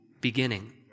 beginning